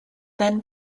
then